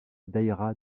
daïra